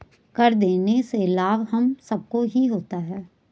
कर देने से लाभ हम सबको ही होता है